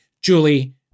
Julie